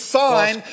sign